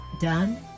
done